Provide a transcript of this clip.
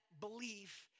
belief